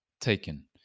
taken